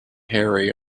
harry